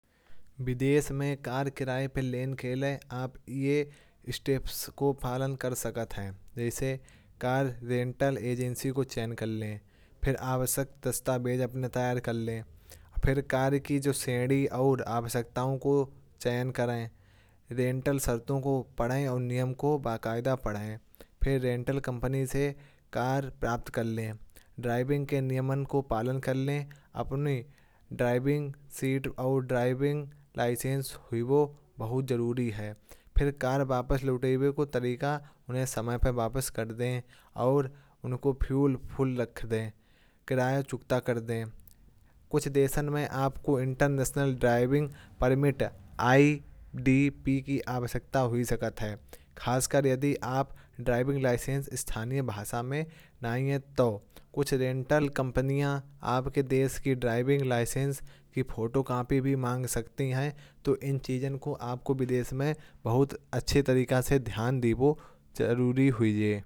विदेश में कार किराये पर लेने लिये? आप इस स्टेप्स को पालन कर सकते हैं। जैसे कार रेंटल एजेंसी को चयन कर लें। फिर आवश्यक दस्तावेज अपने तैयार कर लें। फिर कार्य की जो श्रेणी और आवश्यकताएँ का चयन करें। रेंटल शर्तों को पढ़ें और नियम को बक़ायदा पढ़ें फिर रेंटल कंपनी से कार प्राप्त कर लें। ड्राइविंग के नियम का पालन कर लें। अपनी ड्राइविंग सीट और ड्राइविंग लाइसेंस कियो बहुत ज़रूरी है। फिर कार वापस लौटने को तरीका उन्हें समय पर वापस कर दें। और उनको फ्यूल फुल रख दे किराया चुकता कर दे। कुछ देशों में आपको इंटरनेशनल ड्राइविंग परमिट की आवश्यकता हो सकती है। खासकर यदि आपका ड्राइविंग लाइसेंस स्थानीय भाषा में नहीं है तो कुछ रेंटल कंपनियाँ। आपके देश की ड्राइविंग लाइसेंस की फोटोकॉपी भी माँग सकती हैं। तो इन चीज़ों को आपको विदेश में बहुत अच्छे तरीके से ध्यान दी। वो जरूरी हुई ये।